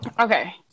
Okay